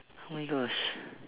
oh my gosh